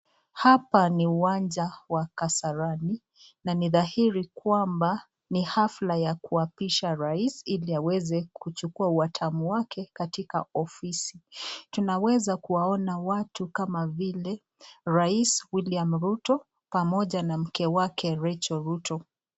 Hapa ni uwanja wa Kasarani na ni dhahiri kwamba ni hafla ya kuapisha rais ili aweze kuchukua watamu wake katika ofisi, tunaweza kuwaona watu kama vile rais William Ruto pamoja na mke wake Rachael Ruto.